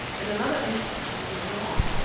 in another instant he was gone.